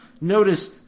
Notice